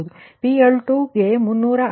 ಆದ್ದರಿಂದ PL2 PL2 ಗೆ 305